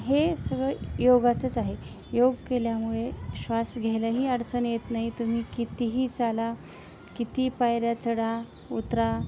हे सगळं योगाचंच आहे योग केल्यामुळे श्वास घ्यायलाही अडचण येत नाही तुम्ही कितीही चाला किती पायऱ्या चढा उतरा